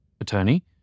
Attorney